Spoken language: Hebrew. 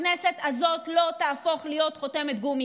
הכנסת הזאת לא תהפוך להיות חותמת גומי.